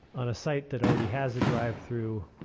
on a site that already has a drive through